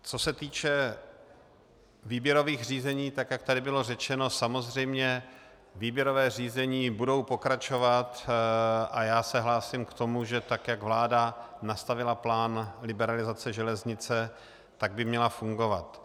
Co se týče výběrových řízení, jak tady bylo řečeno, samozřejmě výběrová řízení budou pokračovat a já se hlásím k tomu, že tak, jak vláda nastavila plán liberalizace železnice, by měl fungovat.